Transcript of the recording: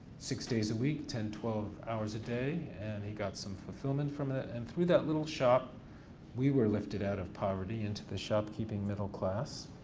six days a week, ten, twelve hours a day, and he got some fulfillment from that and through that little shop we were lifted out of poverty into the shopkeeping middle class.